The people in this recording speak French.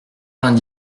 vingt